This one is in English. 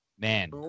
man